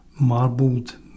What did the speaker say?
marbled